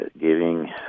giving